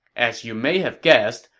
as you may have guessed,